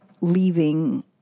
leaving